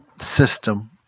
system